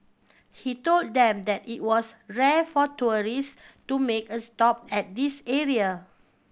he told them that it was rare for tourist to make a stop at this area